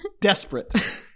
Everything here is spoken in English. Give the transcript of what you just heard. desperate